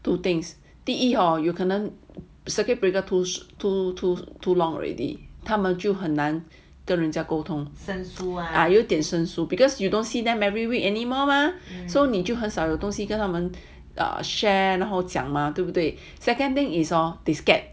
two things 第一有可能 circuit breaker too too too too long already 他们就很难跟人家沟通有点生疏 so because you don't see them every week anymore mah so 你就很少有东西跟他们 err share and 然后讲 mah 对不对 second thing is all they scared